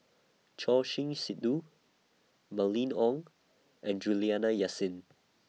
Choor Singh Sidhu Mylene Ong and Juliana Yasin